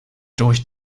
durch